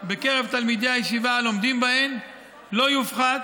בקרב תלמידי הישיבה הלומדים בהן לא יופחת